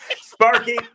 Sparky